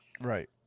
Right